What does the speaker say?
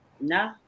nah